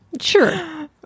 sure